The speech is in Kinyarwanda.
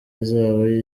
izaba